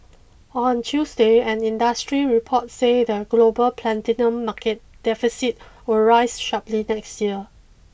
on Tuesday an industry report said the global platinum market deficit will rise sharply next year